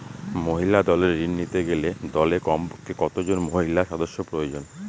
মহিলা দলের ঋণ নিতে গেলে দলে কমপক্ষে কত জন মহিলা সদস্য প্রয়োজন?